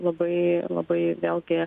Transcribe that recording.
labai labai vėlgi